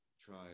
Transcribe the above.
try